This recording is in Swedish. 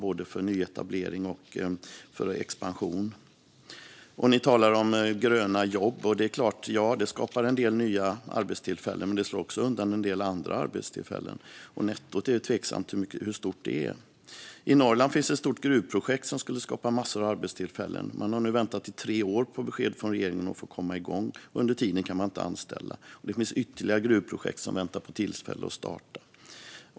Det gäller både nyetablering och expansion. Ni talar om gröna jobb. Det skapar såklart en del nya arbetstillfällen, men det slår också undan en del andra. Det är tveksamt hur stort nettot blir. I Norrland finns ett stort gruvprojekt som skulle skapa massor av arbetstillfällen. Man har nu väntat i tre år på besked från regeringen för att kunna komma igång. Under tiden kan man inte anställa. Det finns ytterligare gruvprojekt som väntar på tillstånd att starta.